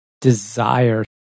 desire